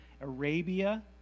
Arabia